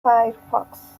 firefox